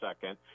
second